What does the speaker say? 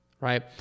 right